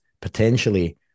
potentially